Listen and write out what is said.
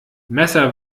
messer